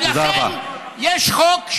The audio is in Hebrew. ולכן יש חוק,